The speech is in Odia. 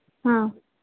ହଁ